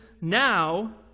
now